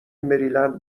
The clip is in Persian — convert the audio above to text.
مریلند